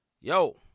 Yo